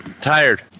Tired